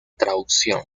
traducción